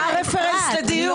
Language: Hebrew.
מה הרפרנס לדיון?